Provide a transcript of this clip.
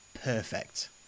Perfect